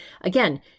again